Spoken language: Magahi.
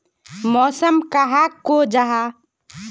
मौसम कहाक को जाहा?